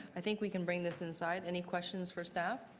i think we can ring this inside. any questions for staff?